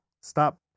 stop